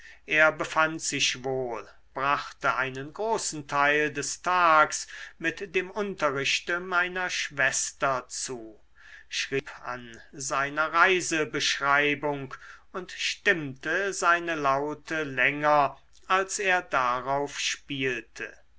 er befand sich wohl brachte einen großen teil des tags mit dem unterrichte meiner schwester zu schrieb an seiner reisebeschreibung und stimmte seine laute länger als er darauf spielte